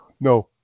No